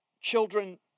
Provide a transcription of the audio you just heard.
children